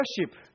worship